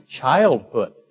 childhood